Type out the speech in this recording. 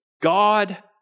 God